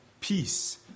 peace